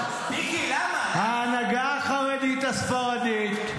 ההנהגה החרדית הספרדית,